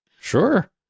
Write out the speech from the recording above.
Sure